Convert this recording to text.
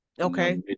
Okay